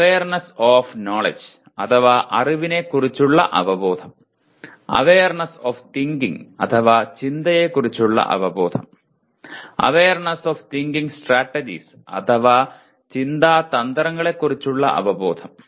awareness of knowledge അഥവാ അറിവിനെക്കുറിച്ചുള്ള അവബോധം അവെയർനെസ് ഓഫ് തിങ്കിങ് അഥവാ ചിന്തയെക്കുറിച്ചുള്ള അവബോധം അവെയർനെസ് ഓഫ് തിങ്കിങ് സ്ട്രാറ്റജിസ് അഥവാ ചിന്താ തന്ത്രങ്ങളെക്കുറിച്ചുള്ള അവബോധം